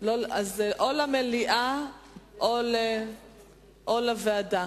או למליאה או לוועדה.